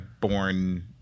born